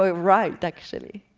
right, actually.